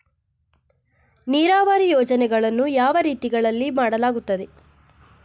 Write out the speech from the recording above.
ನೀರಾವರಿ ಯೋಜನೆಗಳನ್ನು ಯಾವ ರೀತಿಗಳಲ್ಲಿ ಮಾಡಲಾಗುತ್ತದೆ?